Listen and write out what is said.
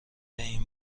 این